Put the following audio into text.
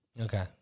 Okay